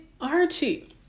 Archie